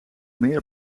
meer